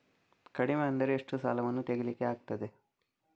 ಕಡಿಮೆ ಅಂದರೆ ಎಷ್ಟು ಸಾಲವನ್ನು ತೆಗಿಲಿಕ್ಕೆ ಆಗ್ತದೆ?